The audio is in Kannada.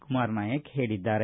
ಕುಮಾರ ನಾಯಕ ಹೇಳಿದ್ದಾರೆ